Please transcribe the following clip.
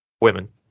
women